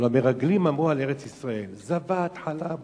המרגלים אמרו על ארץ-ישראל: זבת חלב ודבש,